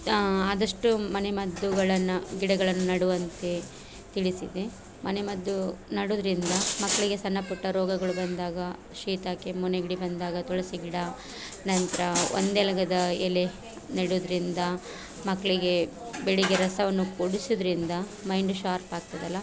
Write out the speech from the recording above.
ಆದಷ್ಟು ಮನೆ ಮದ್ದುಗಳನ್ನು ಗಿಡಗಳನ್ನು ನೆಡುವಂತೆ ತಿಳಿಸಿದೆ ಮನೆ ಮದ್ದು ನೆಡುವುದ್ರಿಂದ ಮಕ್ಕಳಿಗೆ ಸಣ್ಣ ಪುಟ್ಟ ರೋಗಗಳು ಬಂದಾಗ ಶೀತ ಕೆಮ್ಮು ನೆಗಡಿ ಬಂದಾಗ ತುಳಸಿ ಗಿಡ ನಂತರ ಒಂದು ಎಲಗದ ಎಲೆ ನೆಡುವುದ್ರಿಂದ ಮಕ್ಕಳಿಗೆ ಬೆಳಗ್ಗೆ ರಸವನ್ನು ಕೊಡಿಸುವುದ್ರಿಂದ ಮೈಂಡ್ ಶಾರ್ಪ್ ಆಗ್ತದಲಾ